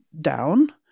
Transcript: down